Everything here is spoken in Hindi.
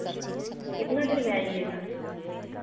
कितना देर में आइएगा